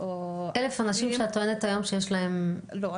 1,000 אנשים שאת טוענת היום שיש להם --- לא,